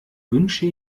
wünsche